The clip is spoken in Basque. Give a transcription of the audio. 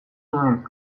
nuen